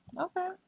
Okay